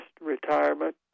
retirement